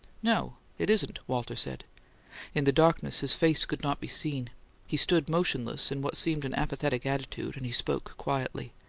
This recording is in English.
no, it isn't, walter said in the darkness his face could not be seen he stood motionless, in what seemed an apathetic attitude and he spoke quietly,